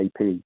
AP